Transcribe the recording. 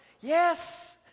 Yes